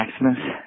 Maximus